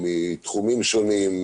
מתחומים שונים,